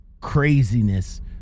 craziness